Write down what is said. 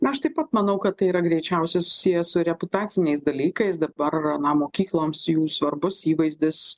aš taip pat manau kad tai yra greičiausiai susiję su reputaciniais dalykais dabar yra na mokykloms jų svarbus įvaizdis